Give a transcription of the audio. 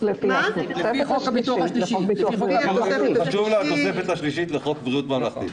"לפי התוספת השלישית לחוק ביטוח בריאות ממלכתי".